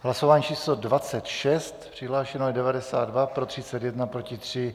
Hlasování číslo 26, přihlášeno je 92, pro 31, proti 3.